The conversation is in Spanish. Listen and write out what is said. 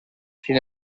sin